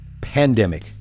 pandemic